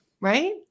right